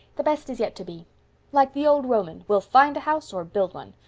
the best is yet to be like the old roman, we'll find a house or build one.